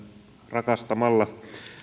rakastamalla